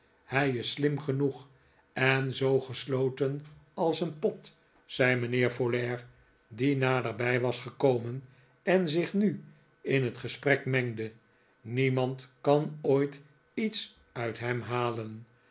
hij is slim genoeg en zoo gesloten als een pot zei mijnheer folair die naderbij was gekomen en zich nu in het gesprek mengde niemand kan ooit iets uit hem halen